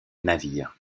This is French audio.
navire